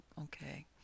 okay